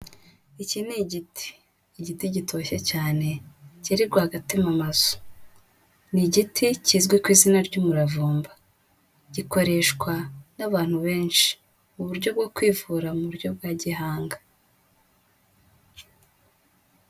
Iki ni igiti. Igiti gitoshye cyane kiri rwagati mu mazu. Ni igiti kizwi ku izina ry'umuravumba, gikoreshwa n'abantu benshi, uburyo bwo kwivura mu buryo bwa gihanga.